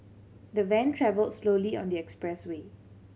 the van travelled slowly on the expressway